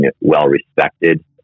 well-respected